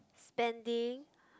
spending